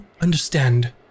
understand